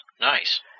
nice